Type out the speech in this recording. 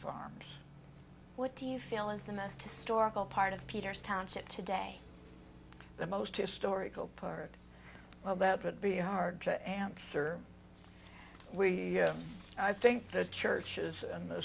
farms what do you feel is the us to store part of peter's township today the most historical part well that would be hard to answer we i think the churches and the